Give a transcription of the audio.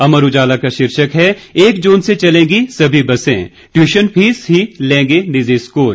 अमर उजाला का शीर्षक है एक जून से चलेंगी सभी बसें टयूशन फीस ही लेंगे निजी स्कूल